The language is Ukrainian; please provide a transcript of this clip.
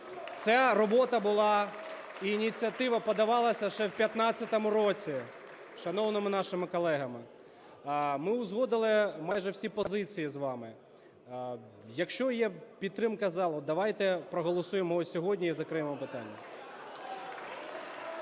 Це робота була, ініціатива подавалася ще в 15-му році шановними нашими колегами. Ми узгодили майже всі позиції з вами. Якщо є підтримка залу, давайте проголосуємо його сьогодні і закриємо питання.